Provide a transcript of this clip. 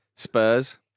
Spurs